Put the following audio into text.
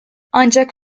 ancak